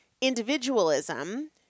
individualism